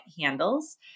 handles